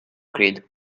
creed